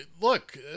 look